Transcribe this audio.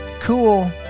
cool